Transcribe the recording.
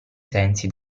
sensi